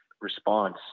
response